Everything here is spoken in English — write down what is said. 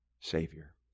Savior